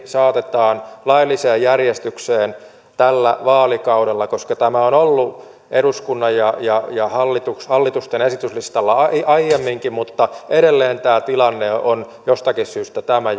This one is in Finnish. saatetaan lailliseen järjestykseen tällä vaalikaudella koska tämä on ollut eduskunnan ja ja hallitusten esityslistalla aiemminkin mutta edelleen tämä tilanne on jostakin syystä tämä